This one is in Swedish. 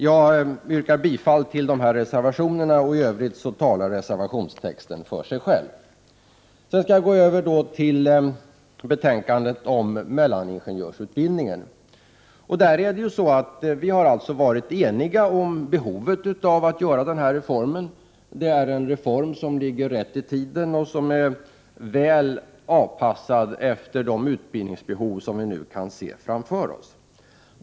Jag yrkar bifall till dessa reservationer. I övrigt talar texten i reservationerna för sig själv. Sedan skall jag övergå till betänkandet om mellaningenjörsutbildningen. Vi har varit eniga om behovet av denna reform, som ligger rätt i tiden och är väl avpassad efter de utbildningsbehov som vi nu kan se framför oss.